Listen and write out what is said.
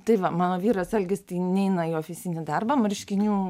tai va mano vyras algis neina jo fizinį darbą marškinių